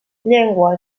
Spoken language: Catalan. llengua